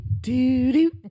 do-do